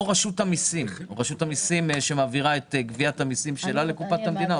רשות המיסים שמעבירה את גביית המיסים שלה לקופת המדינה.